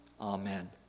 amen